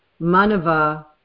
Manava